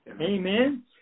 Amen